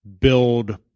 build